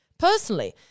Personally